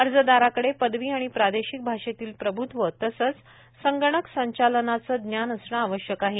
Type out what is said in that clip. अर्जदाराकडे पदवी आणि प्रादेशिक भाषेतील प्रभूत्व तसंच संगणक संचालनाचं ज्ञान असणं आवश्यक आहे